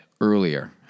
earlier